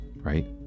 right